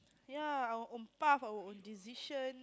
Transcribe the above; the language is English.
ya our own path our own decision